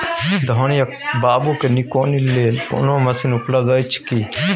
धान या बाबू के निकौनी लेल कोनो मसीन उपलब्ध अछि की?